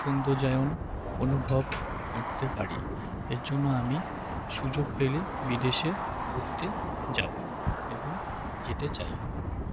সৌন্দর্যায়ন অনুভব করতে পারি এর জন্য আমি সুযোগ পেলে বিদেশে ঘুরতে যাবো এবং যেতে চাই